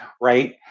right